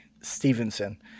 Stevenson